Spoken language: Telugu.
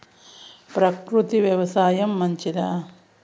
ప్రకృతి వ్యవసాయం మంచిదా?